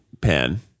pen